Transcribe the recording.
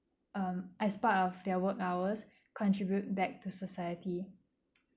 um as part of their work hours contribute back to society